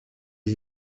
les